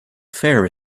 fair